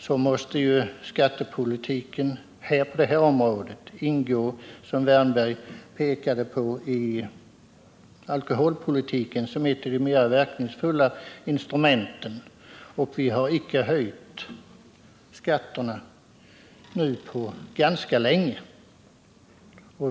Men det viktigaste skälet är att skatterna på det här området, som Erik Wärnberg pekade på, måste ingå i alkholpoliktiken; de är ett av de mera verkningsfulla instrumenten. Och vi har icke höjt skatterna på det här området på ganska länge nu.